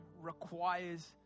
requires